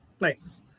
Nice